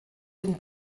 den